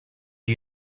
you